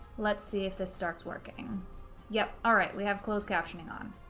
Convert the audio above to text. let's see if this starts working yep, all right, we have closed captioning on.